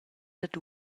dad